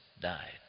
died